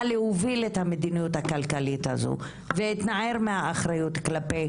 להוביל את המדיניות הכלכלית הזו והתנער מהאחריות כלפיי